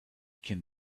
can